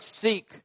seek